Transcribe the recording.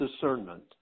discernment